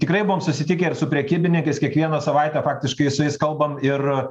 tikrai buvom susitikę ir su prekybininkais kiekvieną savaitę faktiškai su jais kalbam ir